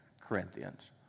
Corinthians